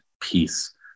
peace